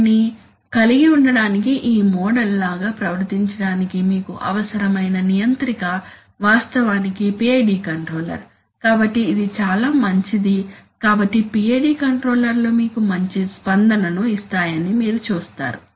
దానిని కలిగి ఉండటానికి ఈ మోడల్ లాగా ప్రవర్తించడానికి మీకు అవసరమైన నియంత్రిక వాస్తవానికి PID కంట్రోలర్ కాబట్టి ఇది చాలా మంచిది కాబట్టి PID కంట్రోలర్లు మీకు మంచి స్పందనను ఇస్తాయని మీరు చూస్తారు